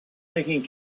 making